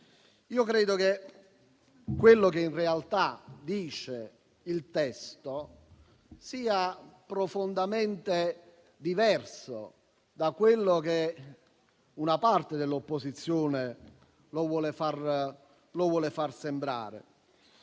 Credo che quello che in realtà dice il testo sia profondamente diverso da quello che una parte dell'opposizione vuole far sembrare,